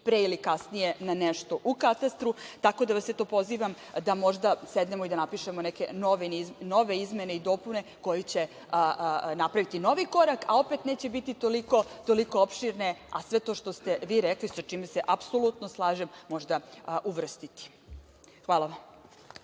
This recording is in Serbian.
pre ili kasnije na nešto u katastru, tako da vas, eto, pozivam da možda sednemo i da napišemo neke nove izmene i dopune koje će napraviti novi korak, a opet, neće biti toliko opširne, a sve to što ste vi rekli, sa čime se apsolutno slažem, možda uvrstiti. Hvala vam.